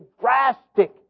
drastic